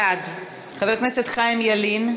בעד חיים ילין,